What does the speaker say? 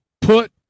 put